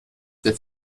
der